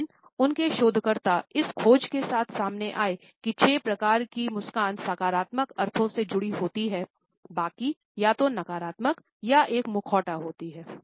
लेकिन उनके शोधकर्ता इस खोज के साथ सामने आए की छह प्रकार की मुस्कान सकारात्मक अर्थों से जुड़ी होती हैं बाकी या तो नकारात्मक या एक मुखौटा होती हैं